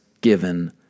given